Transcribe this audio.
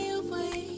away